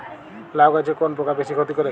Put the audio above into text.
লাউ গাছে কোন পোকা বেশি ক্ষতি করে?